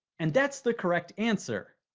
and that's the correct answer!